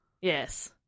Yes